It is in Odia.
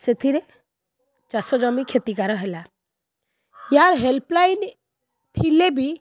ସେଥିରେ ଚାଷ ଜମି କ୍ଷତିକାର ହେଲା ୟାର୍ ହେଲ୍ପ୍ ଲାଇନ୍ ଥିଲେବି